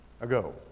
ago